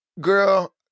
girl